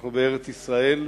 אנחנו בארץ-ישראל.